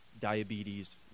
diabetes